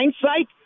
hindsight